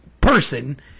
person